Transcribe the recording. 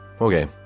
Okay